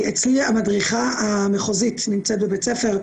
אצלי המדריכה המחוזית נמצאת בבית הספר,